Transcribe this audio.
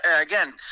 again